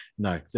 No